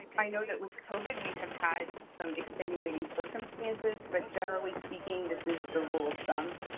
i know that with covid, we have had some extenuating circumstances, but generally speaking, this is the rule of thumb.